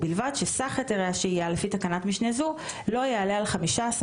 ובלבד שסך היתרי השהייה לפי תקנת משנה זו לא יעלה על חמישה עשר